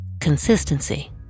consistency